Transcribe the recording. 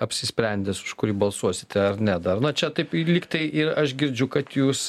apsisprendęs už kurį balsuosite ar ne dar na čia taip lyg tai ir aš girdžiu kad jūs